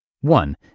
One